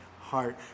heart